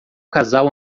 casal